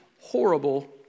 horrible